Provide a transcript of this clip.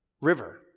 river